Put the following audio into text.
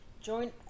join